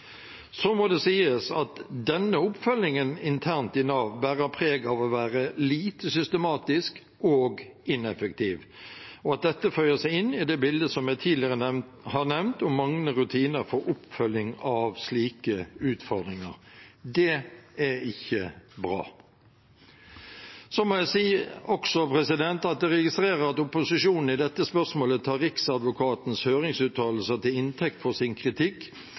Så må det sies at denne oppfølgingen internt i Nav bærer preg av å være lite systematisk og ineffektiv, og at dette føyer seg inn i det bildet som jeg tidligere har nevnt om manglende rutiner for oppfølging av slike utfordringer. Det er ikke bra. Jeg må også si at jeg registrerer at opposisjonen i dette spørsmålet tar Riksadvokatens høringsuttalelser til inntekt for sin kritikk